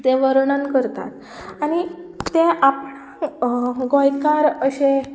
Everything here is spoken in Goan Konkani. ते वर्णन करता आनी ते आप गोंयकार अशे